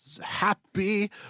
happy